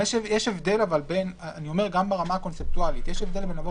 יש הבדל גם ברמה הקונצפטואלית בין לבוא